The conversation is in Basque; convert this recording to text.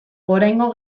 oraingo